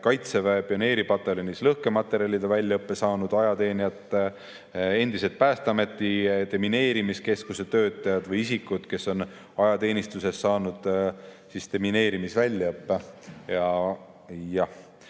Kaitseväe pioneeripataljonis lõhkematerjalide väljaõppe saanud ajateenijad, endised Päästeameti demineerimiskeskuse töötajad või isikud, kes on ajateenistuses saanud demineerimisväljaõppe. Teisalt